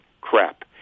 crap